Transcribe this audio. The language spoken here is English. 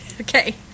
okay